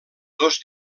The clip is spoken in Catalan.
dos